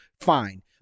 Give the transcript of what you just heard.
fine